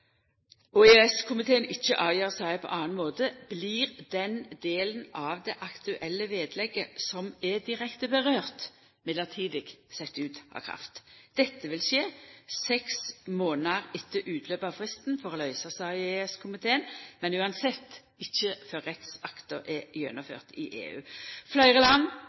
på annan måte, blir den delen av det aktuelle vedlegget som dette direkte vedkjem, mellombels sett ut av kraft. Dette vil skje seks månader etter utløpet av fristen for å løysa saka i EØS-komiteen, men uansett ikkje før rettsakta er gjennomført i EU. Fleire land